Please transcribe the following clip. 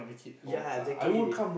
ya exactly